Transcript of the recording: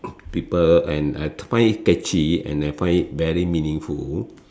people and I find it catchy and I find it very meaningful